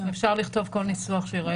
אפשר לכתוב כל ניסוח שייראה לוועדה.